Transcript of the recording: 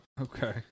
Okay